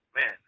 man